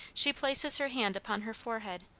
she places her hand upon her forehead,